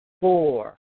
four